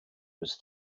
was